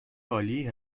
عالی